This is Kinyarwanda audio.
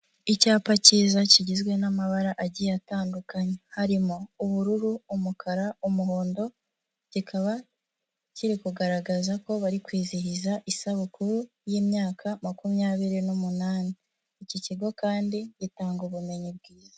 Icyapa cyiza kigizwe n'amabara agiye atandukanye, harimo ubururu, umukara, umuhondo. Kikaba kiri kugaragaza ko bari kwizihiza isabukuru y'imyaka makumyabiri n'umunani. Iki kigo kandi gitanga ubumenyi bwiza.